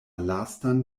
lastan